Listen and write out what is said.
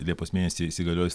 liepos mėnesį įsigaliojus